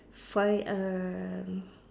find um